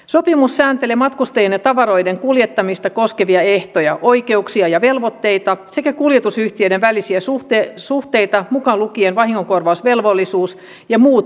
sopimus sääntelee matkustajien ja tavaroiden kuljettamista koskevia ehtoja oikeuksia ja velvoitteita sekä kuljetusyhtiöiden välisiä suhteita mukaan lukien vahingonkorvausvelvollisuus ja muut vastuukysymykset